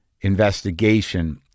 investigation